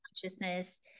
consciousness